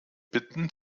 bitten